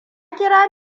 kira